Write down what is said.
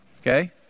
okay